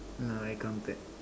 no I counted